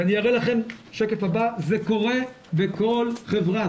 ואני מראה לכם את השקף הבא, זה קורה בכל חברה.